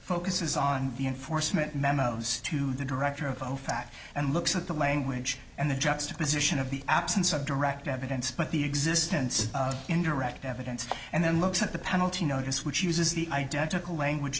focuses on the enforcement memos to the director of fact and looks at the language and the juxtaposition of the absence of direct evidence but the existence of indirect evidence and then looks at the penalty notice which uses the identical language